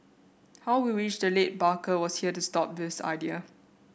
how we wish the late Barker was here to stop this idea